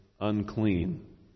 unclean